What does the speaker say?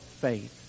faith